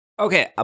Okay